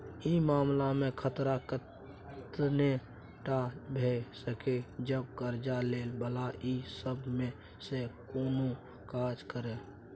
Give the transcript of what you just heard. ई मामला में खतरा तखने टा भेय सकेए जब कर्जा लै बला ई सब में से कुनु काज करे